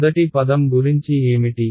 మొదటి పదం గురించి ఏమిటి